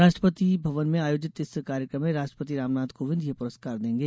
राष्ट्रपति भवन में आयोजित इस कार्यक्रम में राष्ट्रपति रामनाथ कोविंद यह पुरस्कार देंगे